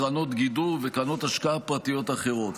קרנות גידור וקרנות השקעה פרטיות אחרות.